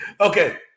Okay